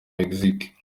mexique